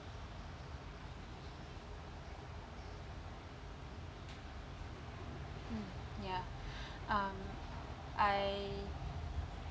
mm ya um I